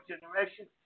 generation